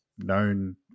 Known